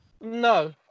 No